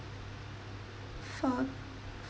four